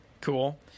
Cool